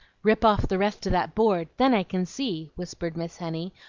rip off the rest of that board, then i can see, whispered miss henny,